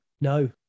No